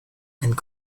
and